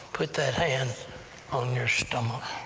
put that hand on your stomach.